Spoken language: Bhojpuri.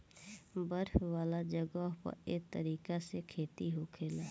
बर्फ वाला जगह पर एह तरीका से खेती होखेला